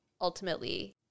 ultimately